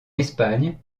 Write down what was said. espagne